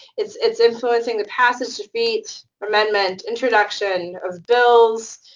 it's it's influencing the passage, defeat, amendment, introduction of bills,